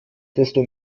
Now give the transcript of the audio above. desto